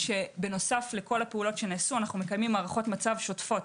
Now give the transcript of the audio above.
בנוסף לכל הפעולות שנעשו אנו מקיימים הערכות מצב שוטפות